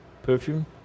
perfume